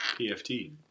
PFT